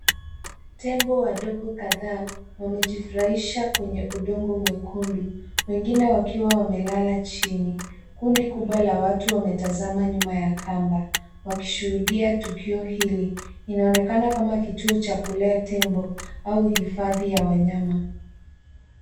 Tembo wadogo kadhaa, wamejifurahisha kwenye udongo mwekundu, wengine wakiwa wamelala chini. Kundi kubwa la watu wametazama nyuma ya kamba, wakishuhudia tukio hili. Inaonekana kama kituo cha kulea tembo au hifadhi ya wanyama.